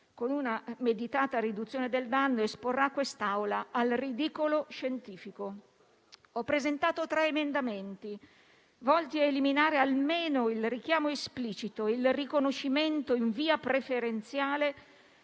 con una meditata riduzione del danno, esporrà quest'Assemblea al ridicolo scientifico. Ho presentato tre emendamenti volti a eliminare almeno il richiamo esplicito e il riconoscimento in via preferenziale